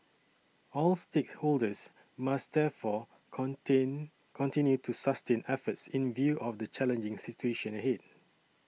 all stakeholders must therefore contain continue to sustain efforts in view of the challenging situation ahead